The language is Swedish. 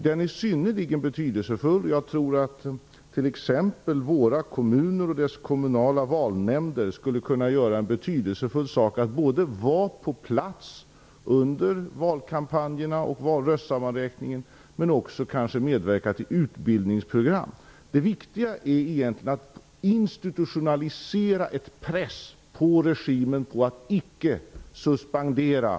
Den är synnerligen betydelsefull. Jag tror att t.ex. våra kommuner och deras kommunala valnämnder skulle kunna göra betydelsefulla insatser genom att vara på plats under valkampanjerna och röstsammanräkningarna och kanske också medverka till utbildningsprogram. Det viktiga är egentligen att man institutionaliserar en press på regimen så att valen icke suspenderas.